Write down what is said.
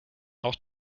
auch